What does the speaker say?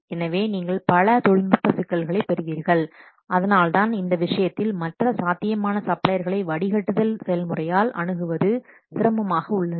எனவே நீங்கள் பல தொழில்நுட்ப சிக்கல்களைப் பெறுவீர்கள் அதனால்தான் இந்த விஷயத்தில் மற்ற சாத்தியமான சப்ளையர்களை வடிகட்டுதல் செயல்முறையால் அணுகுவது சிரமமாக உள்ளது